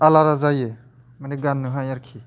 आलादा जायो माने गान्नोहाय आरोखि